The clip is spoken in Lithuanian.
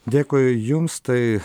dėkui jums tai